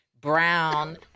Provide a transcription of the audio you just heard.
brown